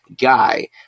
guy